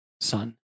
son